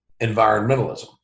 environmentalism